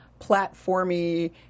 platformy